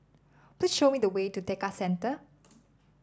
please show me the way to Tekka Centre